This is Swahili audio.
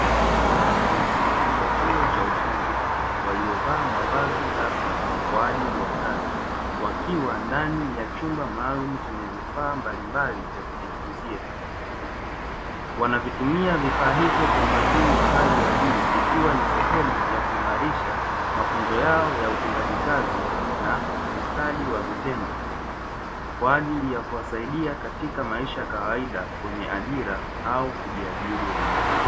wanafunzi wa chuo cha ufundi waliovaa mavazi rasmi, kwa ajili ya kazi wakiwa ndani ya chumba maalumu, chenye vifaa mbalimbali vya kujifunzia, wanavitumia vifaa hivyo kwa umakini wa hali ya juu ikiwa ni sehemu ya kuimarisha mafunzo yao ya utendaji kazi, na ustadi wa vitendo kwa ajili ya kuwasaidia katika maisha ya kawaida kwenye ajira au kujiajiri wenyewe.